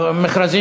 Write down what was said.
והבריאות נתקבלה.